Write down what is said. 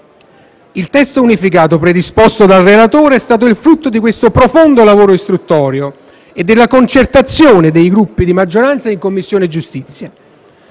Il testo unificato predisposto dal relatore è stato il frutto di questo profondo lavoro istruttorio e della concertazione dei Gruppi di maggioranza in Commissione giustizia.